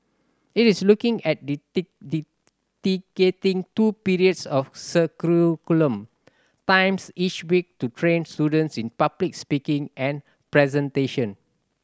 it is looking at two periods of curriculum times each week to train students in public speaking and presentation